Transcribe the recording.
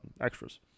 extras